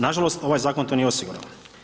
Nažalost ovaj zakon to nije osigurao.